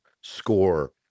score